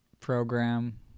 program